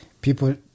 people